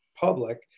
public